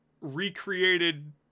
recreated